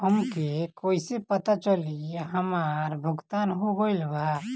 हमके कईसे पता चली हमार भुगतान हो गईल बा?